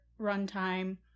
runtime